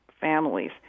families